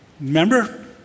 Remember